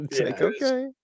Okay